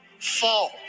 fall